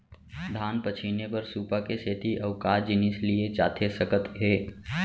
धान पछिने बर सुपा के सेती अऊ का जिनिस लिए जाथे सकत हे?